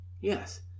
Yes